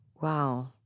Wow